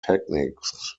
techniques